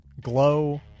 Glow